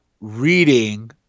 reading